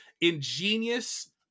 ingenious